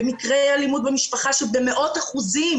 מקרי אלימות במשפחה שגברו במאות אחוזים